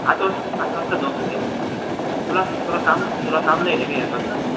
आठ वाजता आठ वाजता जाऊ सगळे तुला तुला काम तुला काम नाही ना काही आठ वाजता